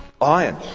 Iron